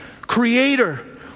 creator